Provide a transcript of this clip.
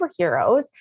superheroes